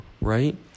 right